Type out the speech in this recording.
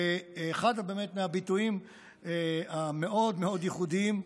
באמת אחד מהביטויים המאוד-מאוד ייחודיים,